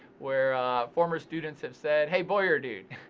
where former students have said, hey, boyer, dude,